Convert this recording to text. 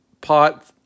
pot